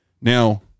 now